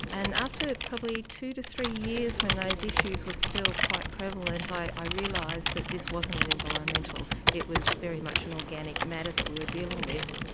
and after probably two to three years when those issues were still quite prevalent i i realised that this wasn't environmental, it was very much an organic matter that we were dealing with.